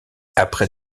après